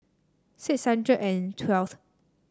six hundred and twelfth